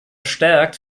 verstärkt